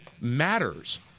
matters